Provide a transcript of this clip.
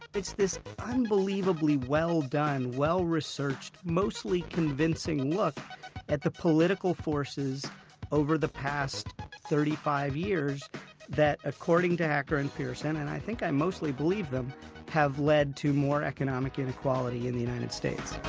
it's this unbelievably well-done, well-researched, mostly convincing and look at the political forces over the past thirty five years that, according to hacker and pierson and i think i mostly believe them have led to more economic inequality in the united states